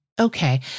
Okay